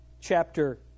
chapter